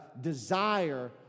desire